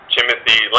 Timothy